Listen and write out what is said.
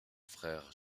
frère